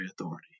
authority